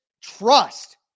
trust